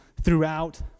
throughout